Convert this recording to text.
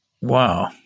Wow